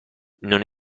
non